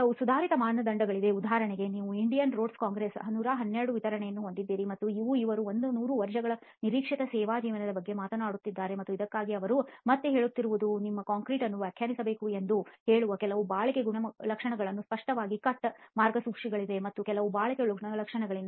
ಕೆಲವು ಸುಧಾರಿತ ಮಾನದಂಡಗಳಿವೆ ಉದಾಹರಣೆಗೆ ನೀವು ಇಂಡಿಯನ್ ರೋಡ್ಸ್ ಕಾಂಗ್ರೆಸ್ 112 ವಿವರಣೆಯನ್ನು ಹೊಂದಿದ್ದೀರಿ ಮತ್ತೆ ಇಲ್ಲಿ ಅವರು 100 ವರ್ಷಗಳ ನಿರೀಕ್ಷಿತ ಸೇವಾ ಜೀವನದ ಬಗ್ಗೆ ಮಾತನಾಡುತ್ತಿದ್ದಾರೆ ಮತ್ತು ಇದಕ್ಕಾಗಿ ಅವರು ಮತ್ತೆ ಹೇಳುತ್ತಿರುವುದು ನಿಮ್ಮ ಕಾಂಕ್ರೀಟ್ ಅನ್ನು ವ್ಯಾಖ್ಯಾನಿಸಬೇಕು ಎಂದು ಹೇಳುವಕೆಲವು ಬಾಳಿಕೆ ಗುಣಲಕ್ಷಣಗಳಿಂದ ಸ್ಪಷ್ಟವಾದ ಕಟ್ ಮಾರ್ಗಸೂಚಿಗಳಿವೆ ಕೆಲವು ಬಾಳಿಕೆ ಗುಣಲಕ್ಷಣಗಳಿಂದ